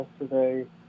yesterday